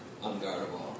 unguardable